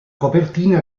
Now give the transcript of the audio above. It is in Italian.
copertina